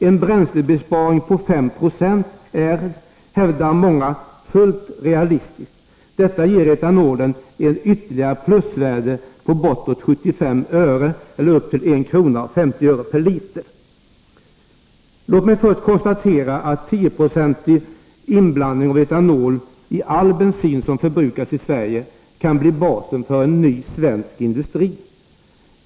En bränslebesparing på 5 20 är, hävdar många, fullt realistisk. Detta skulle ge etanolen ett ytterligare plusvärde på 75 öre eller upp till 1:50 kr. per liter. Låt mig först konstatera att en 10-procentig inblandning av etanol i all bensin som förbrukas i Sverige kan bli basen för ny svensk industri.